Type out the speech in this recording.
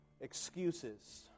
excuses